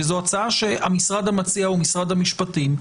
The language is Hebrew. וזו הצעה שהמשרד המציע הוא משרד המשפטים,